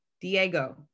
Diego